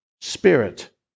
spirit